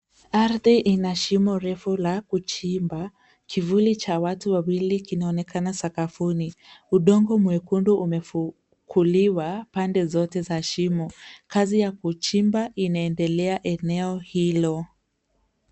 Ardhi ina shimo refu la kuchimba. Kivuli cha watu wawili kinaonekana sakafuni. Udongo mwekundu umefukuliwa pande zote za shimo. Kazi ya kuchimba inaendelea eneo hilo.